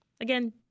Again